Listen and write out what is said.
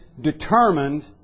determined